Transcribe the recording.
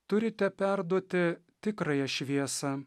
turite perduoti tikrąją šviesą